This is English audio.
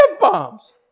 bombs